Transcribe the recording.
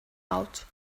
out